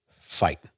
fight